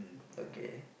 okay